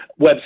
website